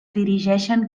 dirigeixen